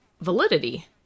validity